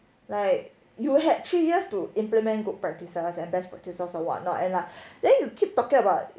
like you had three years to implement good practices and best practices or whatnot and la then you keep talking about